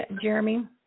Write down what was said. Jeremy